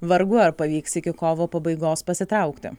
vargu ar pavyks iki kovo pabaigos pasitraukti